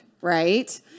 right